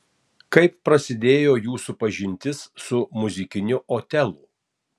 kaip prasidėjo jūsų pažintis su muzikiniu otelu